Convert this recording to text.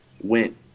went